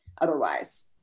otherwise